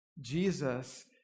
Jesus